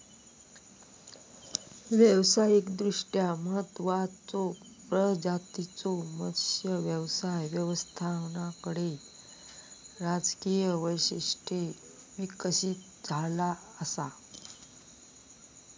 व्यावसायिकदृष्ट्या महत्त्वाचचो प्रजातींच्यो मत्स्य व्यवसाय व्यवस्थापनामध्ये राजकीय उद्दिष्टे विकसित झाला असा